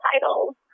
titles